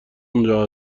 اونجا